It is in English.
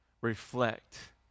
reflect